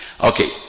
Okay